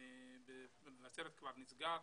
במבשרת כבר נסגר.